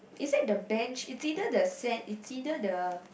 is it the bench it's either the sand it's either the